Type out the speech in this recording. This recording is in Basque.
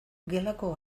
gelako